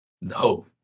No